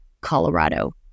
Colorado